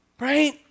Right